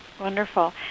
Wonderful